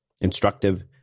instructive